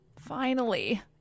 Finally